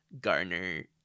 Garner